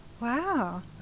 Wow